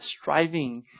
striving